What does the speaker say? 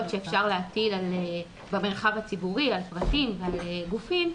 שאפשר להטיל במרחב הציבורי על פרטים ועל גופים,